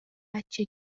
بچه